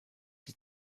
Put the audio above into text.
die